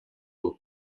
duk